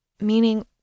Meaning